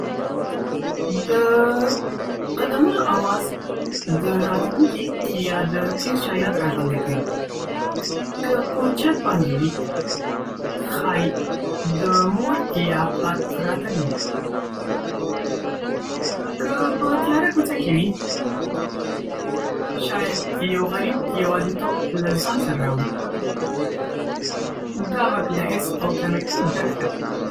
د قدمونو اواز د راتلونکي یا د تېر چا یاد را ژوندي کوي. که په چت باندې وي، ښایي د مور یا پلار راتګ وي. که په تیاره کوڅه کې وي، شاید یو غریب یوازیتوب له ځان سره راوړي. دا غږ له حس او تمې ډک دی.